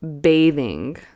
bathing